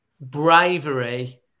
bravery